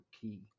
key